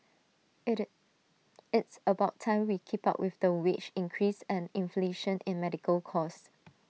IT it's about time we keep up with the wage increase and inflation in medical cost